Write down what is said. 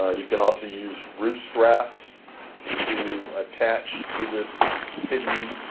you can also use roof straps to attach to this hidden